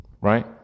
Right